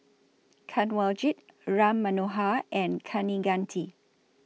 Kanwaljit Ram Manohar and Kaneganti